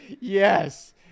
yes